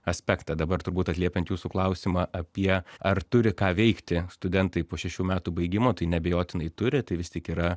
aspektą dabar turbūt atliepiant jūsų klausimą apie ar turi ką veikti studentai po šešių metų baigimo tai neabejotinai turi tai vis tik yra